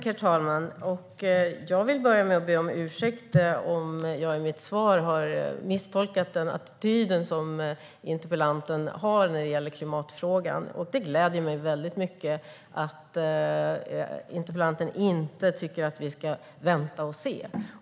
Herr talman! Jag vill börja med att be om ursäkt om jag i mitt svar har misstolkat den attityd som interpellanten har i klimatfrågan. Jag gläds åt att interpellanten inte tycker att vi ska vänta och se.